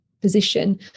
position